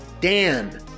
Dan